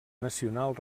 nacional